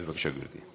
בבקשה, גברתי.